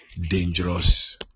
dangerous